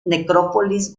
necrópolis